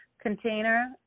container